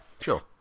sure